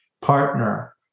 partner